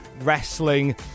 wrestling